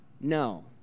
No